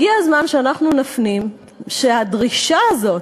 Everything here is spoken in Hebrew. הגיע הזמן שנפנים שהדרישה הזאת,